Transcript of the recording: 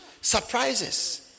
surprises